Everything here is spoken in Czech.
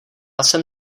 jsem